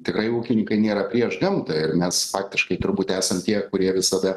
tikrai ūkininkai nėra prieš gamtą ir mes faktiškai turbūt esam tie kurie visada